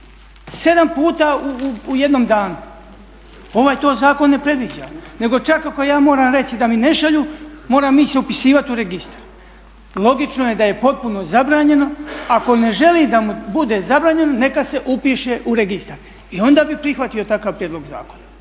7 puta u jednom danu. Ovaj to zakon ne predviđa nego čak ako ja moram reći da mi ne šalju moram ići se upisivati u registar. Logično je da je potpuno zabranjeno, a tko ne želi da mu bude zabranjeno neka se upiše u registar i onda bi prihvatio takav prijedlog zakona,